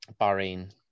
Bahrain